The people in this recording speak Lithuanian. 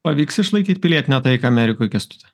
pavyks išlaikyt pilietinę taiką amerikoj kęstuti